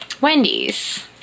Wendy's